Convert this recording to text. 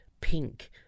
pink